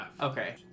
Okay